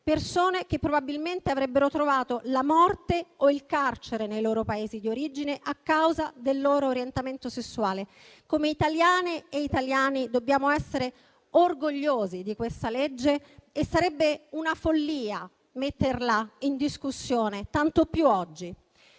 Persone che probabilmente avrebbero trovato la morte o il carcere nei loro Paesi di origine a causa del loro orientamento sessuale. Come italiane e italiani dobbiamo essere orgogliosi di questa legge e sarebbe una follia metterla in discussione, tanto più oggi.